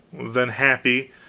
then happy,